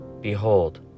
Behold